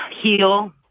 heal